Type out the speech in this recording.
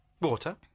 Water